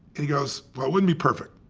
he goes, well, it wouldn't be perfect.